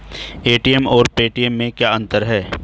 ATM और Paytm में क्या अंतर है?